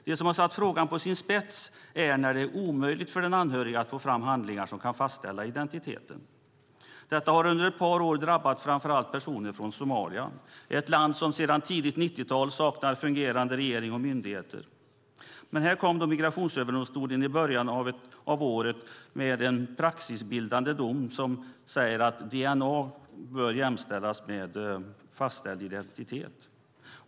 Det som ställt frågan på sin spets är när det är omöjligt för den anhörige att få fram handlingar som kan fastställa identiteten. Detta har under ett par år drabbat framför allt personer från Somalia, ett land som sedan tidigt 90-tal saknar fungerande regering och myndigheter. I början av året kom dock Migrationsöverdomstolen med en praxisbildande dom som säger att dna bör jämställas med fastställd identitet.